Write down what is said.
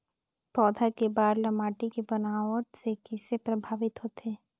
पौधा के बाढ़ ल माटी के बनावट से किसे प्रभावित होथे?